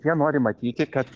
jie nori matyti kad